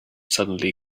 suddenly